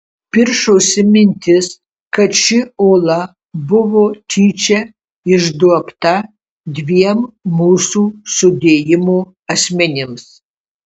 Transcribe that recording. piršosi mintis kad ši ola buvo tyčia išduobta dviem mūsų sudėjimo asmenims